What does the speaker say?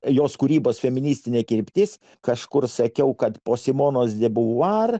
jos kūrybos feministinė kryptis kažkur sakiau kad po simonos de buvuar